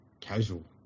Casual